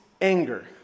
anger